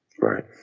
Right